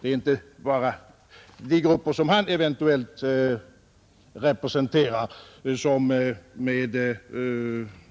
Det är inte bara de grupper som han eventuellt representerar som med